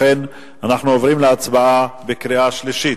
אנחנו עוברים להצבעה בקריאה שלישית,